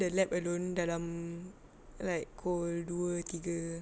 the lab alone dalam like kul dua tiga